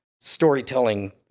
storytelling